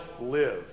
live